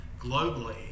globally